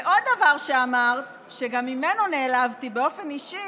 עוד דבר שאמרת, שגם ממנו נעלבתי באופן אישי,